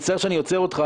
אני מצטער שאני עוצר אותך,